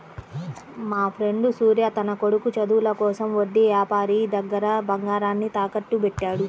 మాఫ్రెండు సూర్య తన కొడుకు చదువుల కోసం వడ్డీ యాపారి దగ్గర బంగారాన్ని తాకట్టుబెట్టాడు